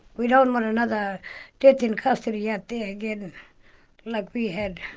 we don't want another death in custody yeah out there again like we had.